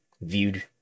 viewed